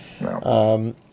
No